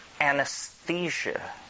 anesthesia